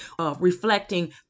reflecting